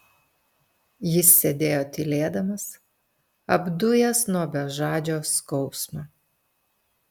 jis sėdėjo tylėdamas apdujęs nuo bežadžio skausmo